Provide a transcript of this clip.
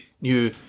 new